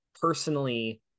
personally